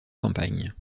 campagne